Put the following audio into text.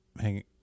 Hang